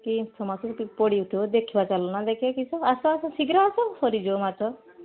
କିସ ମାଛ ସେଠି ପଡ଼ି ଯାଇଥିବ ଦେଖିବା ଚାଲୁନା ଦେଖିବା କିସ ଆସ ଆସ ଶୀଘ୍ର ଆସ ସରିଯିବ ମାଛ